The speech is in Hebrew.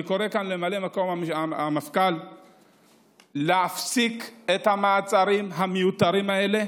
אני קורא כאן לממלא מקום המפכ"ל להפסיק את המעצרים המיותרים האלה